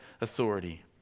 authority